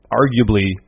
arguably